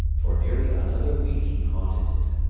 for nearly another week he haunted it.